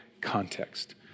context